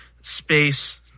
space